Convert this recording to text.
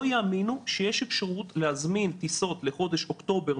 יאמינו שיש אפשרות להזמין טיסות לחודש אוקטובר,